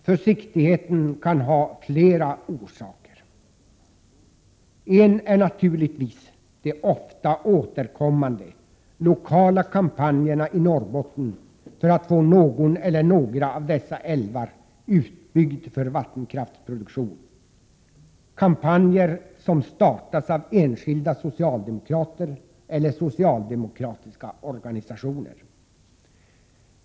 Försiktigheten kan ha flera orsaker. En är naturligtvis de ofta återkommande lokala kampanjerna i Norrbotten för att få en utbyggnad av någon eller några av dessa älvar för vattenkraftsproduktion, kampanjer som startas av enskilda socialdemokrater eller socialdemokratiska organisationer.